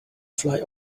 fly